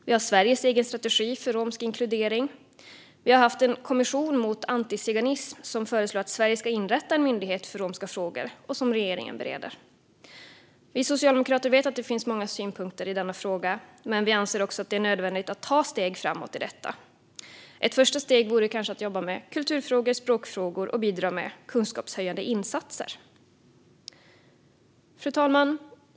Vi har Sveriges egen strategi för romsk inkludering. Vi har haft en kommission mot antiziganism som har föreslagit att Sverige ska inrätta en myndighet för romska frågor, och regeringen bereder detta förslag. Vi socialdemokrater vet att det finns många synpunkter i denna fråga. Men vi anser också att det är nödvändigt att ta steg framåt i fråga om detta. Ett första steg vore kanske att jobba med kulturfrågor och språkfrågor samt bidra med kunskapshöjande insatser. Fru talman!